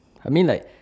I mean like